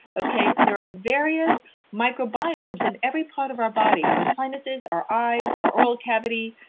okay? there are various microbiomes in every part of our body. our sinuses, our eyes, our oral cavity,